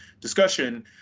discussion